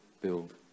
build